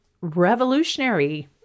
revolutionary